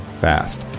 fast